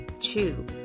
chew